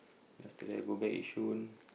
after that go back Yishun